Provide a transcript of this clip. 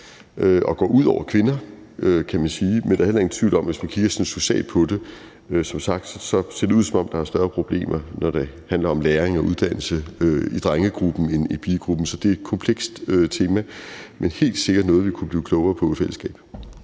og går ud over kvinder, kan man sige, men der er heller ingen tvivl om, at det, hvis man kigger sådan socialt på det, som sagt ser ud, som om der er større problemer, når det handler om læring og uddannelse, i drengegruppen end i pigegruppen. Så det er et komplekst tema, men helt sikkert noget, vi kunne blive klogere på i fællesskab.